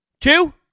Two-